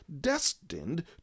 destined